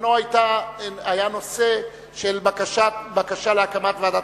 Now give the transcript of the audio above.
בזמנו היה נושא של בקשה להקמת ועדת